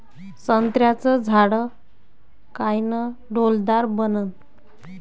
संत्र्याचं झाड कायनं डौलदार बनन?